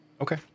okay